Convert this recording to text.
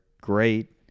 great